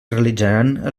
realitzaran